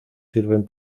sirven